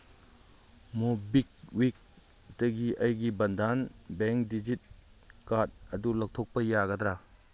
ꯃꯣꯕꯤꯛꯋꯤꯛꯇꯒꯤ ꯑꯩꯒꯤ ꯕꯟꯙꯥꯟ ꯕꯦꯡ ꯗꯤꯖꯤꯠ ꯀꯥꯔꯠ ꯑꯗꯨ ꯂꯧꯊꯣꯛꯄ ꯌꯥꯒꯗ꯭ꯔꯥ